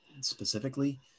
Specifically